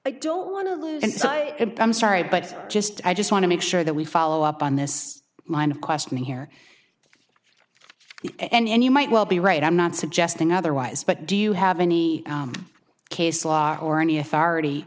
i don't want to lose and so i am sorry but i just i just want to make sure that we follow up on this line of questioning here and you might well be right i'm not suggesting otherwise but do you have any case law or any authority